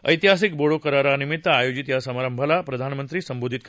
ऐतिहासिक बोडो करारानिमित्त आयोजित या समारंभाला प्रधानमंत्री संबोधित करणार आहे